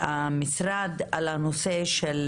המשרד על הנושא של